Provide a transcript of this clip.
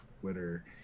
twitter